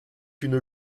une